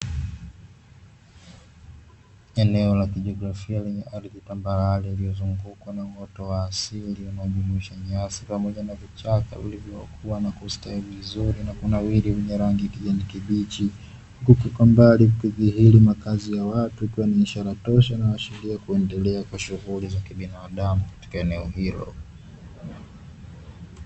Eneo la kijiografia lenye ardhi tambarare iliyozungukwa na uoto wa asili unaojumuisha nyasi pamoja na kichaka, uliyokuwa na kustawi vizuri na kunawiri wenye rangi ya kijani kibichi. Huku kwa mbali kukidhihiri makazi ya watu pia ni ishara tosha inayoashiria kuendelea kwa shughuli za kibinadamu katika eneo hilo.